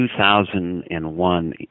2001